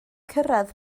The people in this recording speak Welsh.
cyrraedd